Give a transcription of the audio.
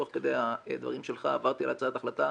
תוך כדי הדברים שלך עברתי על הצעת ההחלטה.